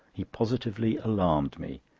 he positively alarmed me.